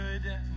Good